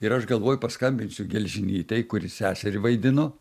ir aš galvoju paskambinsiu gelžinytei kuri seserį vaidino